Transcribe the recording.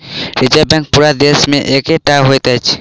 reserve Bank पूरा देश मे एकै टा होइत अछि